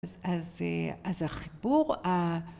אז החיבור ה...